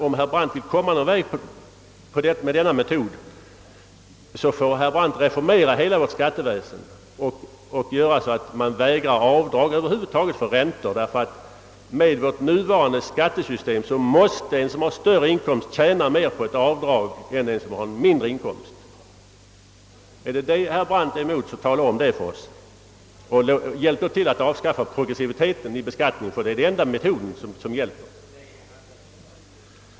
Om herr Brandt vill komma någon vart med denna metod måste han reformera hela skatteväsendet och se till att man vägrar avdrag över huvud taget för räntor. Med vårt nuvarande skattesystem måste en person som har högre inkomst tjäna mer på ett avdrag än en som har lägre inkomst. Hjälp därför i stället till med att avskaffa progressiviteten i beskattningen — det är den enda metod som hjälper!